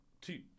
two